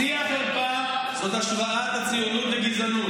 שיא החרפה זאת השוואת הציונות לגזענות.